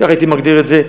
ככה הייתי מגדיר את זה,